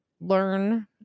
learn